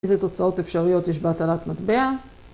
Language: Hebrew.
איזה תוצאות אפשריות יש בהטלת מטבע?